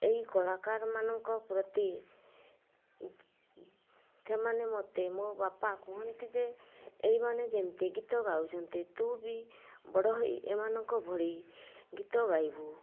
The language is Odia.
ଏଇ କଳାକାରମାନଙ୍କ ପ୍ରତି ସେମାନେ ମୋତେ ମୋ ବାପା କୁହନ୍ତି ଯେ ଏଇମାନେ ଯେମିତି ଗୀତ ଗାଉଛନ୍ତି ତୁ ବି ବଡ଼ ହୋଇ ଏମାନଙ୍କ ଭଳି ଗୀତ ଗାଇବୁ